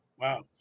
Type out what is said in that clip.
wow